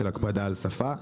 של הקפדה על שפה.